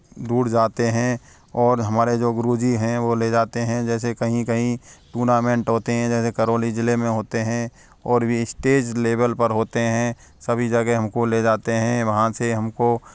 दूर जाते हैं और हमारे जो गुरुजी हैं वो ले जाते हैं जैसे कहीं कहीं टूर्नामेंट होते हैं जैसे करोली जिले में होते हैं और वे स्टेज लेवल पर होते हैं सभी जगह हमें ले जाते हैं वहाँ से हम को